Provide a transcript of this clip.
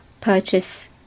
purchase